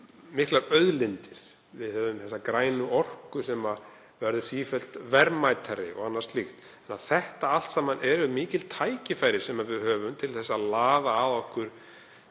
miklar auðlindir. Við höfum þessa grænu orku sem verður sífellt verðmætari og annað slíkt. Þetta allt saman eru mikil tækifæri sem við höfum til þess að laða að okkur